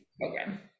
program